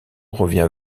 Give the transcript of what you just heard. revient